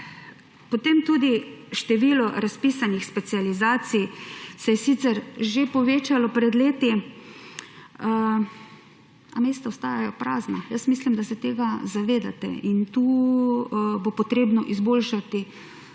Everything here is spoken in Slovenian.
Potem tudi, število razpisanih specializacij se je sicer že povečalo pred leti, a mesta ostajajo prazna. Mislim, da se tega zavedate, in tu bo treba izboljšati